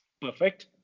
Perfect